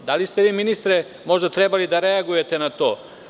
Da li ste vi ministre, možda trebali da reagujete na to?